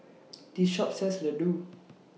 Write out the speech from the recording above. This Shop sells Ladoo